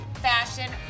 fashion